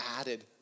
added